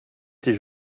tes